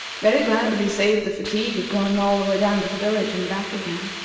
very glad to be saved the fatigue of going all the way down to the village and back again.